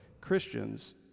Christians